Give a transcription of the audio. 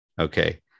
Okay